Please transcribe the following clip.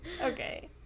Okay